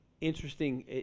interesting